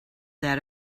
that